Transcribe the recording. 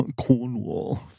Cornwall